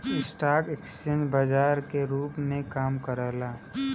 stock exchange बाजार के रूप में काम करला